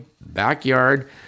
backyard